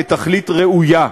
כתכלית ראויה,